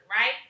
right